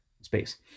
space